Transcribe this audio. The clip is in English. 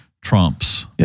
trumps